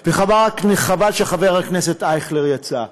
וחבל שחבר הכנסת אייכלר יצא.